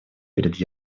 перед